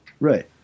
Right